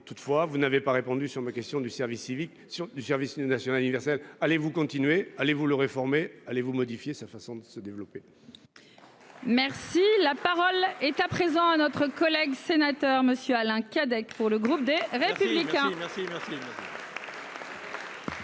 Toutefois, vous n'avez pas répondu sur ma question du service civique sur du service national universel. Allez-vous continuer, allez vous le réformer. Allez-vous modifier sa façon de se développer. Merci la parole est à présent à notre collègue sénateur monsieur Alain Cadec pour le groupe des Républicains.